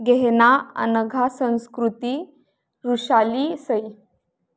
गहना अनघा संस्कृती ऋशाली सई